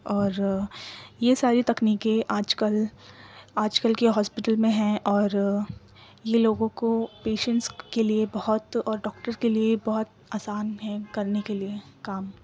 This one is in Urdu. اور یہ ساری تکنیکیں آج کل آج کل کے ہاسپٹل میں ہیں اور یہ لوگوں کو پیشنس کے لیے بہت اور ڈاکٹر کے لیے بہت آسان ہیں کرنے کے لیے کام